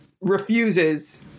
refuses